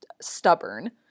stubborn